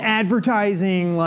advertising